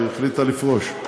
היא החליטה לפרוש.